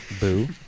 Boo